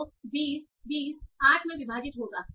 जो 20 20 8 में विभाजित होगा